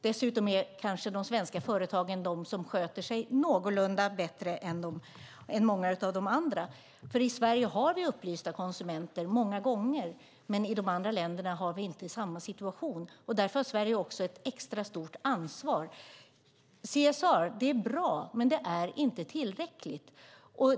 Dessutom sköter sig kanske de svenska företagen någorlunda bättre än många av de andra, för i Sverige har vi många gånger upplysta konsumenter medan vi inte har samma situation i de andra länderna. Därför har Sverige också ett extra stort ansvar. CSR är bra, men det är inte tillräckligt.